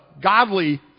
godly